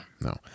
No